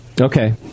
Okay